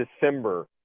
December